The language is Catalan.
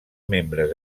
membres